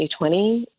2020